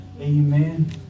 Amen